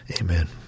Amen